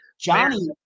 Johnny